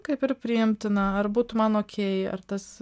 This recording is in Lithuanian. kaip ir priimtina ar būtų man okėj ar tas